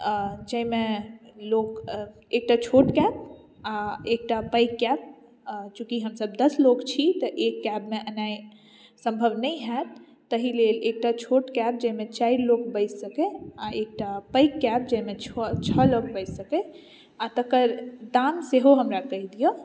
अऽ जाहिमे लोक एकटा छोट कैब आ एकटा पघि कैब आ चुंकि हमसभ दस लोग छी तऽ एक कैबमे एनाइ सम्भव नहि होयत ताहि लेल एकटा छोट कैब जाहिमे चारि लोग बसि सकै आ एकटा पघि कैब जाहिमे छओ छओ लोग बसि सकै आ तकर दाम सेहो हमरा कहि दियौ